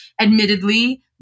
admittedly